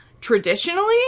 traditionally